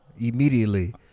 immediately